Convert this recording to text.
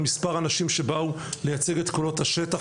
ואחריה לשמוע מספר אנשים שבאו לייצג את קולות השטח.